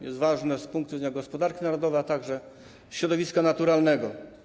Jest ważna z punktu widzenia gospodarki narodowej, a także środowiska naturalnego.